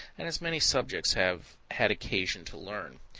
and as many subjects have had occasion to learn.